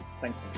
Thanks